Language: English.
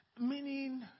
Meaning